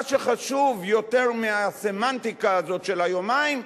מה שחשוב יותר מהסמנטיקה הזאת של היומיים,